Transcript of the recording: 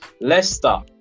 Leicester